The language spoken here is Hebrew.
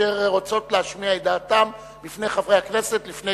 אשר רוצות להישמע בפני חברי הכנסת לפני